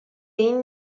این